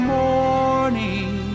morning